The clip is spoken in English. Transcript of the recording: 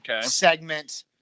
segment